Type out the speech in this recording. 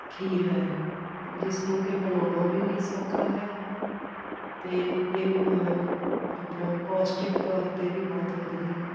ਖੀਰ ਹੈ ਜਿਸ ਨੂੰ ਕਿ ਬਣਾਉਣਾ ਵੀ ਸੌਖਾ ਹੈ ਅਤੇ ਇਹ ਆਪਣਾ ਪੋਸ਼ਟਿਕ ਤੌਰ 'ਤੇ ਵੀ ਬਹੁਤ ਵਧੀਆ ਹੈ